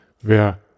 Wer